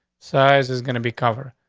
size is gonna be cover.